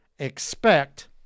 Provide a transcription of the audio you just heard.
expect